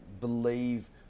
believe